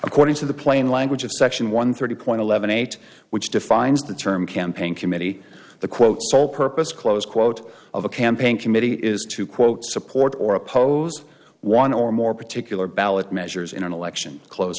according to the plain language of section one thirty point eleven eight which defines the term campaign committee the quote sole purpose close quote of a campaign committee is to quote support or oppose one or more particular ballot measures in an election close